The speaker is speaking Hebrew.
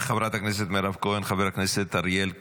חברת הכנסת מירב כהן, חבר הכנסת אריאל קלנר,